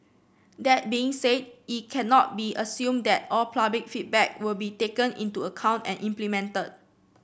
that being said it cannot be assumed that all public feedback will be taken into account and implemented